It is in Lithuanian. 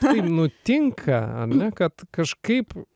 taip nutinka ar ne kad kažkaip